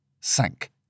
sank